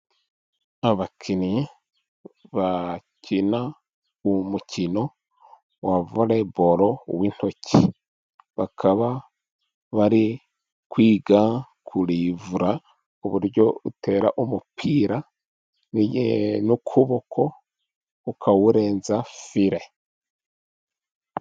Abakinnyi bakina umukino wa vore boro w'intoki, bakaba bari kwiga kurivura uburyo utera umupira n'ukuboko ukawurenza fire.